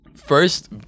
first